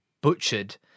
butchered